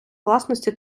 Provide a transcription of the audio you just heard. власності